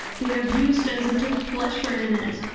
they abused us and took pleasure in it.